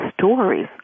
stories